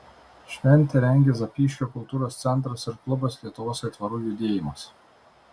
šventę rengia zapyškio kultūros centras ir klubas lietuvos aitvarų judėjimas